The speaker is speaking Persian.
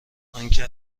آنکه